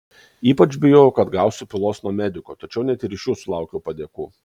ypač bijojau kad gausiu pylos nuo medikų tačiau net ir iš jų sulaukiau padėkų